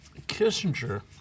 Kissinger